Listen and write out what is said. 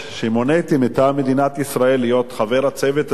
שמוניתי מטעם מדינת ישראל להיות חבר הצוות הזה.